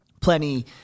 plenty